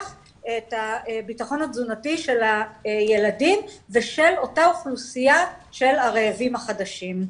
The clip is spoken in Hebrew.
את הביטחון התזונתי של הילדים ושל אותה אוכלוסייה של הרעבים החדשים.